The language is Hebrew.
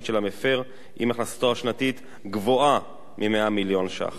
של המפר אם הכנסתו השנתית גבוהה מ-100 מיליון ש"ח.